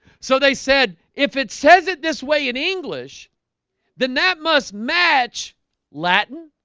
so they said if it says it this way in english then that must match latin